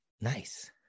Nice